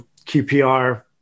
QPR